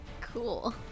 Cool